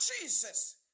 Jesus